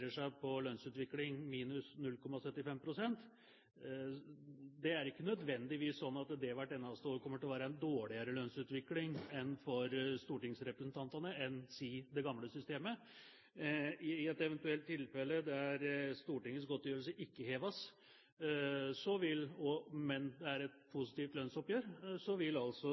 seg på en lønnsutvikling minus 0,75 pst. Det er ikke nødvendigvis sånn at det hvert eneste år kommer til å være en dårligere lønnsutvikling for stortingsrepresentantene, enn si det gamle systemet. I et eventuelt tilfelle der Stortingets godtgjørelse ikke heves, men det er et positivt lønnsoppgjør, vil altså